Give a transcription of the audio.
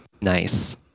nice